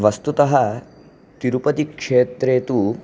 वस्तुतः तिरुपतिक्षेत्रे तु